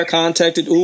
contacted